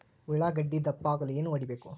ಉಳ್ಳಾಗಡ್ಡೆ ದಪ್ಪ ಆಗಲು ಏನು ಹೊಡಿಬೇಕು?